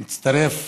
אני מצטרף